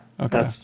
Okay